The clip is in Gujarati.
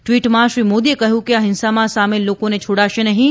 ટ્વીટમાં શ્રી મોદીએ કહ્યું કે આ ફિંસામાં સામેલ લોકોને છોડાશે નહીં